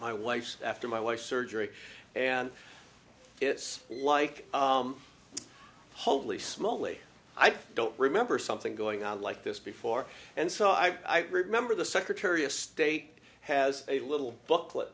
my wife's after my wife surgery and it's like holy smally i don't remember something going on like this before and so i remember the secretary of state has a little booklet